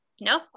No